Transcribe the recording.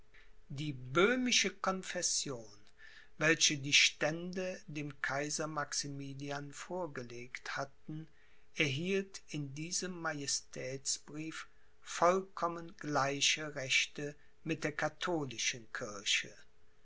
die böhmische confession welche die stände dem kaiser maximilian vorgelegt hatten erhielt in diesem majestätsbrief vollkommen gleiche rechte mit der katholischen kirche